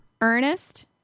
Ernest